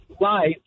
life